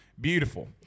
beautiful